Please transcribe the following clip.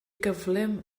gyflym